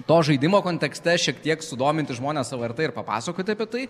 to žaidimo kontekste šiek tiek sudominti žmones lrt ir papasakoti apie tai